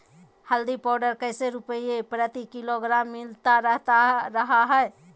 हल्दी पाउडर कैसे रुपए प्रति किलोग्राम मिलता रहा है?